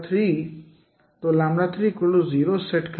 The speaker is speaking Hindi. तो 3 0 सेट करें